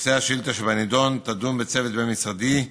נשוא השאילתה שבנדון, תידון בצוות בין-משרדי,